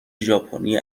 ژاپنی